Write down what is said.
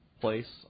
place